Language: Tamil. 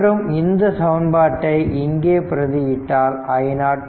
மற்றும் இந்த சமன்பாட்டை இங்கே பிரதி இட்டால் i0